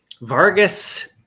Vargas